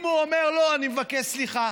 אם הוא אומר שלא, אני מבקש סליחה,